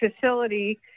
facility